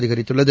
அதிகரித்துள்ளது